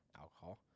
alcohol